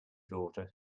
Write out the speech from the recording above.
daughter